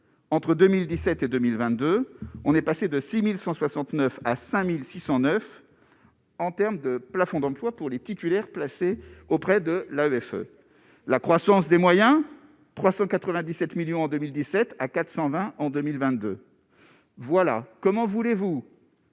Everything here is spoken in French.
entre 2017 et 2022, on est passé de 6169 à 5609 en terme de plafond d'emplois pour les titulaires, placé auprès de l'greffe la croissance des moyens 397 millions en 2017 à 420 en 2022, voilà comment voulez-vous.